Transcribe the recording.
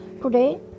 today